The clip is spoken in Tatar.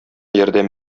ярдәм